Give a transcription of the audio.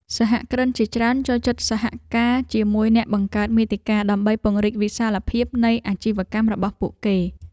សហគ្រិនជាច្រើនចូលចិត្តសហការជាមួយអ្នកបង្កើតមាតិកា ដើម្បីពង្រីកវិសាលភាពនៃអាជីវកម្មរបស់ពួកគេ។